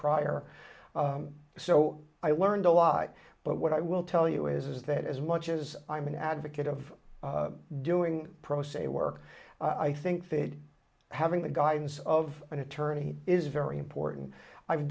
prior so i learned a lot but what i will tell you is that as much as i am an advocate of doing pro se work i think that having the guidance of an attorney is very important i've